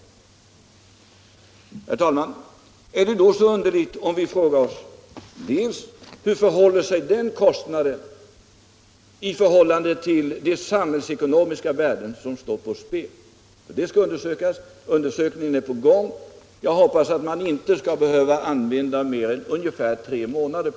Är det då så underligt om vi frågar oss hur den kostnaden förhåller sig till de samhällsekonomiska värden som står på spel? Det skall undersökas. Undersökningen pågår. Jag hoppas att den inte skall behöva ta mer än ungefär tre månader.